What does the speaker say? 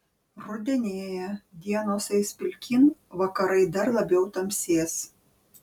rudenėja dienos eis pilkyn vakarai dar labiau tamsės